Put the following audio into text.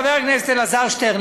חבר הכנסת אלעזר שטרן,